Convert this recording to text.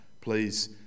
please